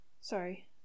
Sorry